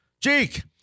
Jake